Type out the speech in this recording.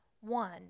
one